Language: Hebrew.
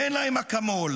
תן להם אקמול'.